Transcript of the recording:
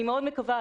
אני מאוד מקווה,